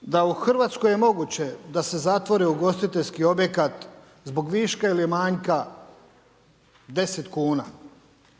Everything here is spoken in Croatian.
da u Hrvatskoj je moguće da se zatvore ugostiteljski objekat zbog viška ili manjka 10 kuna,